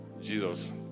Jesus